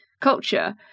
culture